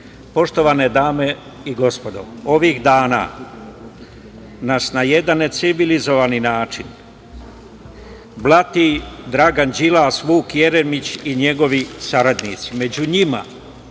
primer. Poštovane dame i gospodo, ovih dana nas na jedan necivilizovan način blati Dragan Đilas, Vuk Jeremić i njegovi saradnici.